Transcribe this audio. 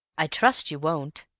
i trust you won't,